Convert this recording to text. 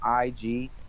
IG